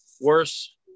worse